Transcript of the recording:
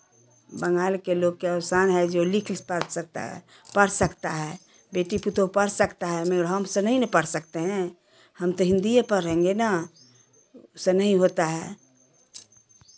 बंगाल के लोग को आसान है जो लिख पढ़ सकता है पढ़ सकता है बेटी भी तो पढ़ सकता है मेड हम से नहीं पढ़ सकते हैं हम तो हिंदी पढ़ेंगे ना हमसे नहीं होता है